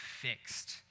fixed